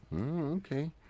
Okay